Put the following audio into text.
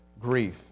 grief